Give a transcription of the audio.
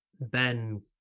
Ben